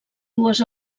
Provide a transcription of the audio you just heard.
dues